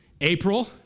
April